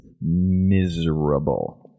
miserable